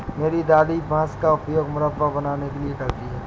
मेरी दादी बांस का उपयोग मुरब्बा बनाने के लिए करती हैं